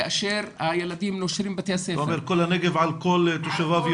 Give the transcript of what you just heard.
כאשר הילדים נושרים מבתי הספר --- אתה אומר כל הנגב על כל תושביו,